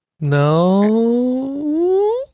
No